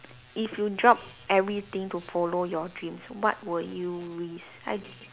if you drop everything to follow your dreams what would you risk I